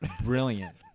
Brilliant